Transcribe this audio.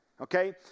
Okay